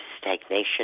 stagnation